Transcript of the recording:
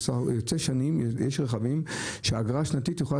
יש רכבים שהאגרה השנתית שלהם יכולה